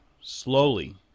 Slowly